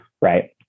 right